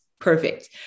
Perfect